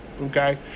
Okay